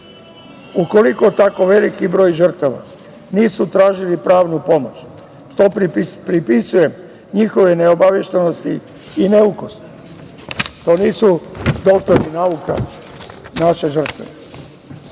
Ukoliko tako veliki broj žrtava nisu tražili pravnu pomoć, to pripisujem njihove neobaveštenosti i neukosti. To nisu doktori nauka naše žrtve. Zato